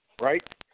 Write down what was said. right